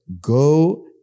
go